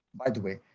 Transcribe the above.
by the way,